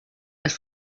les